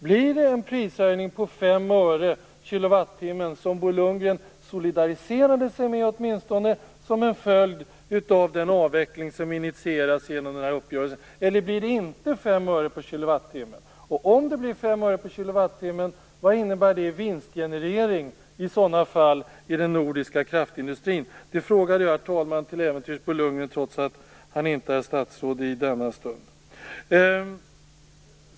Blir det en prishöjning på 5 öre kWh? Om det blir 5 öre/kWh, vad innebär det i vinstgenerering för den nordiska kraftindustrin? Det frågar jag Bo Lundgren, herr talman, trots att han inte är statsråd i denna stund.